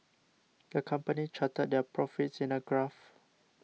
the company charted their profits in a graph